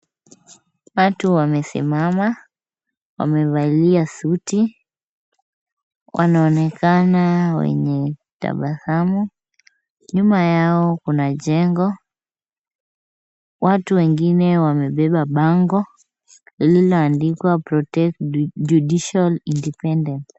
Watu wamesimama, wamevalia suti, wanaonekana wenye tabasamu, nyuma yao kuna jengo, watu wengine wamebeba bango lililoandikwa protect judicial independence .